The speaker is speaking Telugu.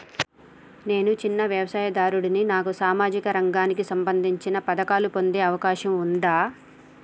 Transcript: నేను చిన్న వ్యవసాయదారుడిని నాకు సామాజిక రంగానికి సంబంధించిన పథకాలు పొందే అవకాశం ఉందా?